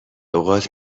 اوقات